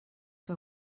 que